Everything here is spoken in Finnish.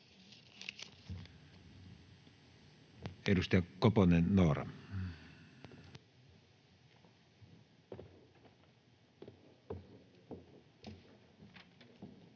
Edustaja Koponen, Noora.